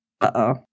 Uh-oh